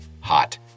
Hot